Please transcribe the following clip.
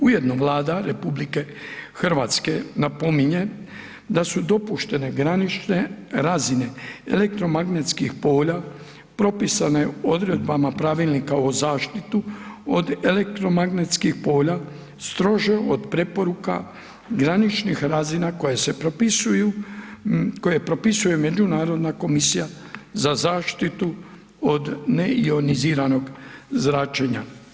Ujedno Vlada RH napominje da su dopuštene granične razine elektromagnetskih polja propisane odredbama Pravilnika o zaštiti od elektromagnetskih polja stroža od preporuka graničnih razina koje propisuje Međunarodna komisija za zaštitu od neioniziranog zračenja.